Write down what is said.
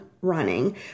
running